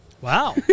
Wow